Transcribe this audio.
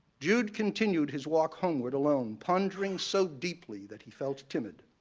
jude continued his walk homeward alone, pondering so deeply that he felt timid.